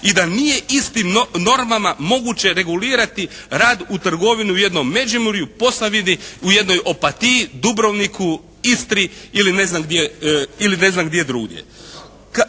i da nije istim normama moguće regulirati rad u trgovini u jednom Međimurju, Posavini, u jednoj Opatiji, Dubrovniku, Istri ili ne znam gdje, ili ne